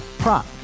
prop